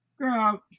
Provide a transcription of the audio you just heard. girl